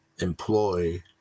employ